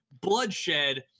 bloodshed